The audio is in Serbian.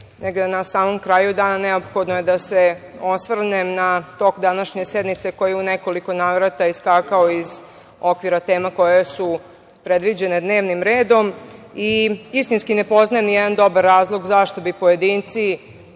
negde na samom kraju dana neophodno je da se osvrnem na tok današnje sednice koji je u nekoliko navrata iskakao iz okvira tema koje su predviđene dnevnim redom. Istinski ne poznajem nijedan dobar razlog zašto bi pojedinci